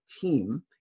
team